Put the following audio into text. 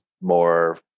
more